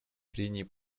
прений